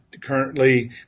currently